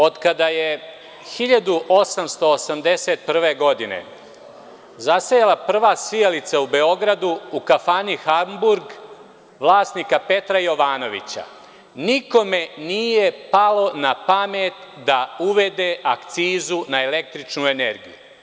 Od kada je 1881. godine zasijala prva sijalica u Beogradu, u kafani „Hamburg“, vlasnika Petra Jovanovića, nikome nije palo na pamet da uvede akcizu na električnu energiju.